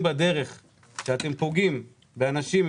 לראות שהיא לא פוגעת באנשים,